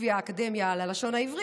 לפי האקדמיה ללשון העברית,